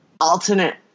alternate